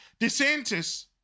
DeSantis